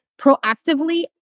proactively